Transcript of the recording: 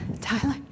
Tyler